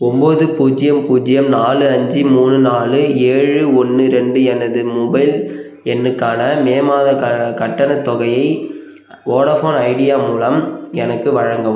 ஒம்பது பூஜ்ஜியம் பூஜ்ஜியம் நாலு அஞ்சு மூணு நாலு ஏழு ஒன்று ரெண்டு எனது மொபைல் எண்ணுக்கான மே மாதக் க கட்டணத் தொகையை வோடாஃபோன் ஐடியா மூலம் எனக்கு வழங்கவும்